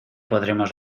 podremos